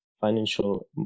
financial